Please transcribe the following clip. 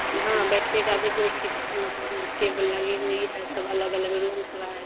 हाँ बैठने की भी कुर्सी टेबल लगे हुए हैं सब अलग अलग रूम सा है